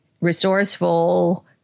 resourceful